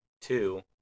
Two